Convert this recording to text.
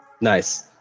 Nice